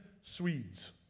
Swedes